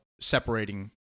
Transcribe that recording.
separating